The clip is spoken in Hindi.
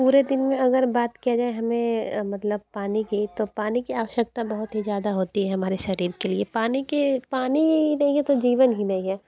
पूरे दिन में अगर बात किया जाए हमें मतलब पानी की तो पानी की आवश्यकता बहुत ही ज़्यादा होती है हमारे शरीर के लिए पानी के पानी नही है तो जीवन ही नहीं है